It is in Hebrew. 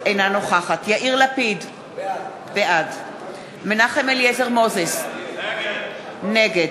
אינה נוכחת יאיר לפיד, בעד מנחם אליעזר מוזס, נגד